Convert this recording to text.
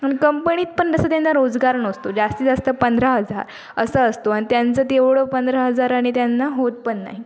आणि कंपणीत पण तसं त्यांना रोजगार नसतो जास्तीत जास्त पंधरा हजार असं असतो आणि त्यांचं तेवढं पंधरा हजाराने त्यांना होत पण नाही